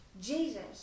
Jesus